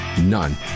None